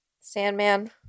sandman